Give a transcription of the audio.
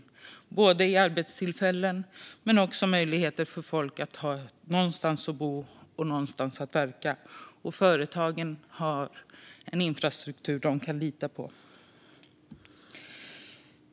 Det handlar både om arbetstillfällen och om möjligheter för folk att ha någonstans att bo och verka, och om att företagen ska ha en infrastruktur de kan lita på.